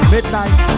Midnight